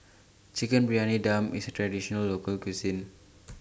Chicken Briyani Dum IS A Traditional Local Cuisine